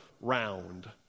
round